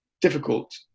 difficult